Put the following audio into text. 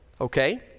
Okay